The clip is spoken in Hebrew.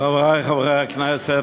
חברי חברי הכנסת,